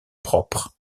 propre